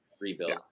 rebuild